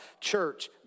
church